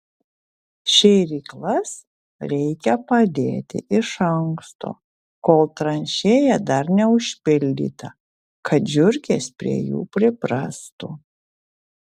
šėryklas reikia padėti iš anksto kol tranšėja dar neužpildyta kad žiurkės prie jų priprastų